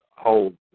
Hold